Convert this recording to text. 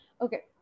Okay